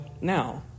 now